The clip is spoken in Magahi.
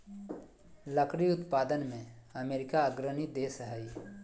लकड़ी उत्पादन में अमेरिका अग्रणी देश हइ